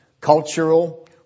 cultural